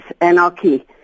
anarchy